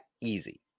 easy